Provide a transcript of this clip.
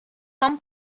some